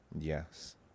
Yes